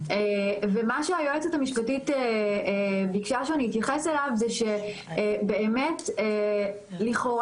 ומה שהיועצת המשפטית ביקשה שאני אתייחס אליו זה שבאמת לכאורה,